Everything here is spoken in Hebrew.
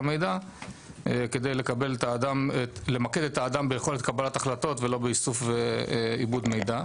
המידע כדי למקד את האדם ביכולת קבלת החלטות ולא באיסוף ועיבוד מידע.